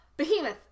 behemoth